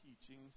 teachings